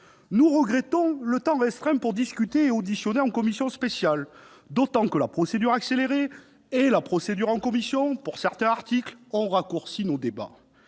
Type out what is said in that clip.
Nous regrettons le temps restreint pour discuter et auditionner en commission spéciale, d'autant que la procédure accélérée et la procédure de législation en commission pour certains articles ont raccourci nos débats.